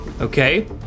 okay